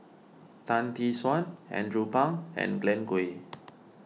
Tan Tee Suan Andrew Phang and Glen Goei